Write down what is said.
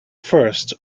first